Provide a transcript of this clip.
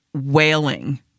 wailing